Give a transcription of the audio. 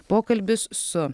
pokalbis su